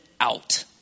out